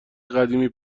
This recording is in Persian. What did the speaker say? قدیمی